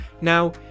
now